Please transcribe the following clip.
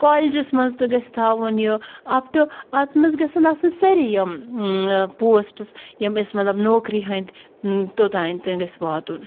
کالجَس مَنٛز تہٕ گَژھِ تھاوُن یہِ اَپ ٹُہ اَتھ مَنٛز گَژھَن آسٕنۍ سٲری یِم پوسٹٕس یِم أسۍ مَطلَب نوکری ہٕنٛدۍ توٚتام تام گَژھِ واتُن